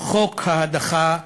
חוק ההדחה לאחרונה.